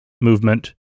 movement